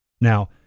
Now